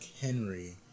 Henry